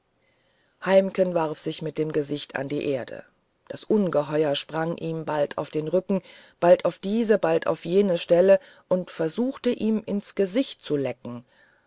heimken warf sich mit dem gesichte an die erde das ungeheuer sprang ihm bald auf den rücken bald auf diese bald auf jene seite und versuchte ihm ins gesicht zu lecken